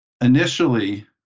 Initially